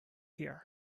here